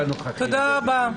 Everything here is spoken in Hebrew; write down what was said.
תודה רבה.